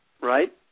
right